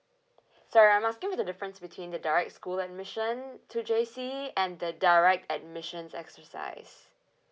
sorry I'm asking what the difference between the direct school admission to J_C and the direct admissions exercise